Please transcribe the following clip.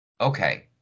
Okay